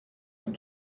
ein